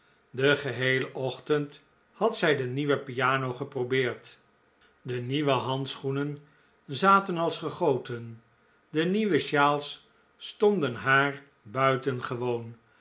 den geheelen ochtend had zij de nieuwe piano geprobeerd de nieuwe handschoenen zaten als gegoten de nieuwe sjaals stonden haar buitengewoon